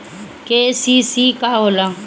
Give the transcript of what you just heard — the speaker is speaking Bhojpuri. के.सी.सी का होला?